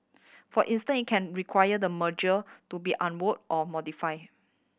for instant it can require the merger to be unwound or modify